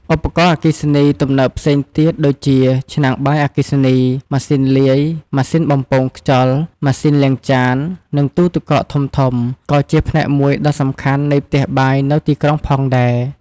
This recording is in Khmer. ឧបករណ៍អគ្គិសនីទំនើបផ្សេងទៀតដូចជា ឆ្នាំងបាយអគ្គិសនី ម៉ាស៊ីនលាយ ម៉ាស៊ីនបំពងខ្យល់ ម៉ាស៊ីនលាងចាន និងទូទឹកកកធំៗ ក៏ជាផ្នែកមួយដ៏សំខាន់នៃផ្ទះបាយនៅទីក្រុងផងដែរ។